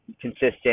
consistent